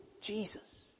Jesus